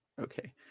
Okay